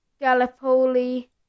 gallipoli